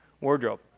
wardrobe